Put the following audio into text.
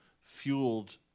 fueled